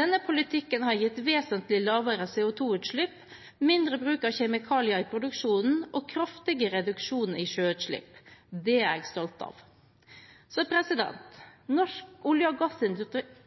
Denne politikken har gitt vesentlig lavere CO 2 -utslipp, mindre bruk av kjemikalier i produksjonen og kraftige reduksjoner i sjøutslipp. Det er jeg stolt av. Norsk olje- og gassindustri